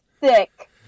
thick